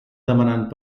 demanant